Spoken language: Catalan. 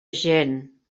gent